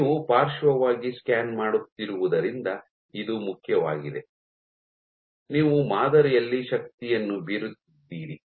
ನೀವು ಪಾರ್ಶ್ವವಾಗಿ ಸ್ಕ್ಯಾನ್ ಮಾಡುತ್ತಿರುವುದರಿಂದ ಇದು ಮುಖ್ಯವಾಗಿದೆ ನೀವು ಮಾದರಿಯಲ್ಲಿ ಶಕ್ತಿಯನ್ನು ಬೀರುತ್ತಿದ್ದೀರಿ